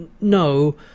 no